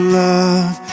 love